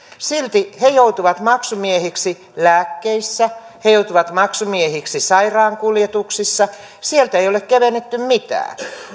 silti he joutuvat maksumiehiksi lääkkeissä he joutuvat maksumiehiksi sairaankuljetuksissa sieltä ei ei ole kevennetty mitään